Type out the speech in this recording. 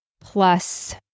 plus